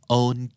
own